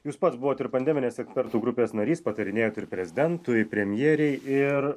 jūs pats buvot ir pandeminės ekspertų grupės narys patarinėjot prezidentui premjerei ir